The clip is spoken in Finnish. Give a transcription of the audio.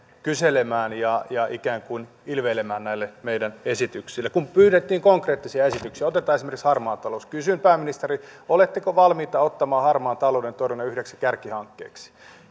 kyselemään ja ikään kuin ilveilemään näille meidän esityksillemme kun pyydettiin konkreettisia esityksiä otetaan esimerkiksi harmaa talous kysyn pääministeri oletteko valmis ottamaan harmaan talouden torjunnan yhdeksi kärkihankkeeksi